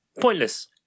Pointless